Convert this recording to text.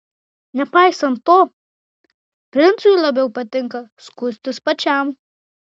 nepaisant to princui labiau patinka skustis pačiam